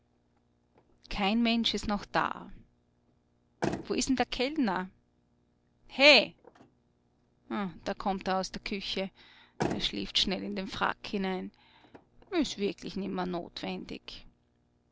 kein mensch ist noch da wo ist denn der kellner he da kommt er aus der küche er schlieft schnell in den frack hinein ist wirklich nimmer notwendig